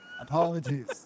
Apologies